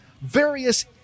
various